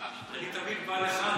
אני תמיד בא לך טוב.